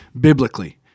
biblically